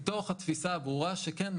מתוך התפיסה הברורה שכן,